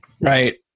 right